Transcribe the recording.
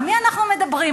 על מי אנחנו מדברים?